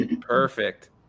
Perfect